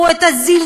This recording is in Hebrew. ראיתי,